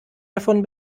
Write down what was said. davon